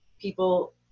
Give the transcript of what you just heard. people